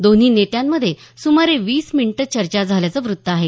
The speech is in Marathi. दोन्ही नेत्यांमध्ये सुमारे वीस मिनिटं चर्चा झाल्याचं वृत्त आहे